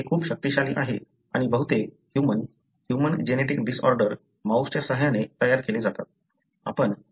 ते खूप शक्तिशाली आहे आणि बहुतेक ह्यूमन ह्यूमन जेनेटिक्स डिसऑर्डर माऊसच्या सहाय्याने तयार केले जातात